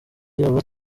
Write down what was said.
aba